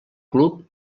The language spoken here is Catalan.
club